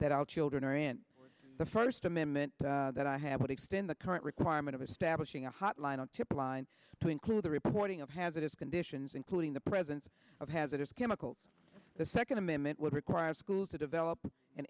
that all children are in the first amendment that i have would extend the current requirement of establishing a hot line on tip line to include the reporting of hazardous conditions including the presence of hazardous chemicals the second amendment would require schools to develop an